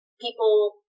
people